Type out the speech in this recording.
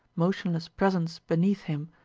motionless presence beneath him,